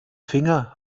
finger